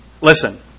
Listen